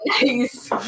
Nice